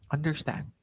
Understand